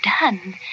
done